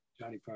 Johnny